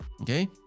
okay